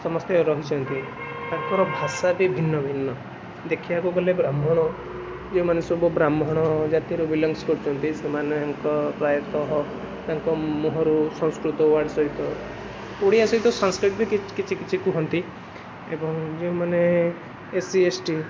ସମସ୍ତେ ରହିଛନ୍ତି ତାଙ୍କର ଭାଷା ବି ଭିନ୍ନ ଭିନ୍ନ ଦେଖିବାକୁ ଗଲେ ବ୍ରାହ୍ମଣ ଯେଉଁମାନେ ସବୁ ବ୍ରାହ୍ମଣ ଜାତିରୁ ବିଲଙ୍ଗସ୍ କରୁଛନ୍ତି ସେମାନଙ୍କ ପ୍ରାୟତଃ ତାଙ୍କ ମୁହଁରୁ ସଂସ୍କୃତ ୱାର୍ଡ଼ ସହିତ ଓଡ଼ିଆ ସହିତ ସାଂସକ୍ରିଟ୍ ବି କିଛି କିଛି କୁହନ୍ତି ଏବଂ ଯେଉଁମାନେ ଏସ୍ ସି ଏସ୍ ଟି